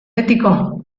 betiko